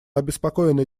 обеспокоены